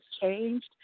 changed